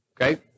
okay